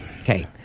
Okay